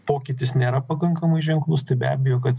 pokytis nėra pakankamai ženklus tai be abejo kad